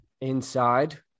inside